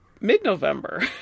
mid-November